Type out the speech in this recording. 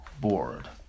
bored